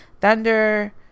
Thunder